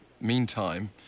Meantime